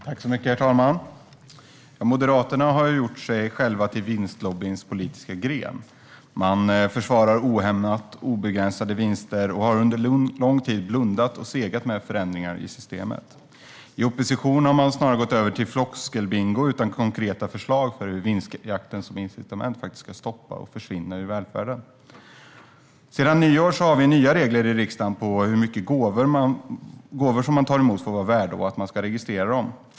Herr talman! Moderaterna har gjort sig själva till vinstlobbyns politiska gren. Man försvarar ohämmat obegränsade vinster och har under en lång tid blundat för och segat med förändringar i systemet. I opposition har man snarare gått över till floskelbingo utan konkreta förslag för hur vinstjakten som incitament faktiskt ska stoppas och försvinna ur välfärden. Sedan nyår har vi nya regler i riksdagen för hur mycket gåvor som man tar emot får vara värda - och man ska registrera dem.